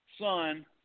son